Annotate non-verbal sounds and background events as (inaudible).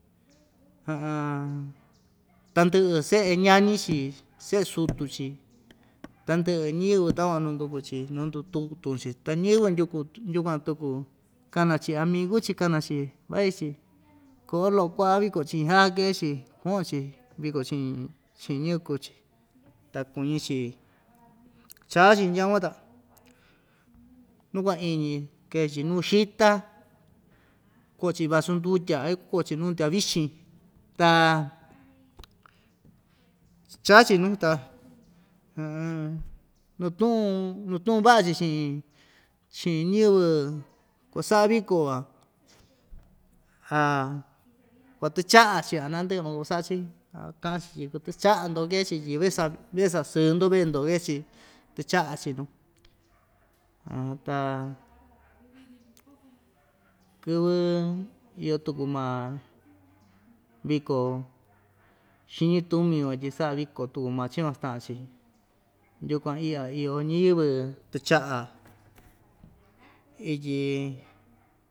(hesitation) tandɨ'ɨ se'e ñañi‑chi se'e sutu‑chi tandɨ'ɨ ñɨvɨ takuan nanduku‑chi na ndututun‑chi ta ñɨvɨ (unintelligible) yukuan tuku kana‑chi amigu‑chi kana‑chi vai‑chi ko'o lo'o ku'va viko chi'in ja kee‑chi ku'un‑chi viko chi'in chi'in ñɨvɨ kuu‑chi ta kuñi‑chi chaa‑chi ndyakuan ta nu kuaiñi kee‑chi nuu xita ko'o‑chi i vasu ndutya a iku ko'o‑chi nuu ndyavichin ta chaa‑chi nuu ta (hesitation) nutu'un nutu'un va'a‑chi chi'in chi'in ñɨvɨ kuasa'a viko van (hesitation) kuatɨcha'a‑chi a nandɨ'ɨ ma kuasa'a‑chi a ka'an‑chi tyi kutɨcha'a‑ndo kee‑chi tyi ve sa ve sa'a sɨɨ‑ndo vee‑ndo kee‑chi tɨcha'a‑chi nu (hesitation) ta kɨvɨ iyo tuku ma viko xiñi tumi van tyi sa'a viko tuku maa‑chi van sta'an‑chi yukuan iya iyo ñiyɨvɨ tɨcha'a ityi.